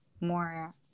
more